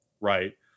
right